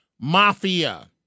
mafia